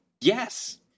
Yes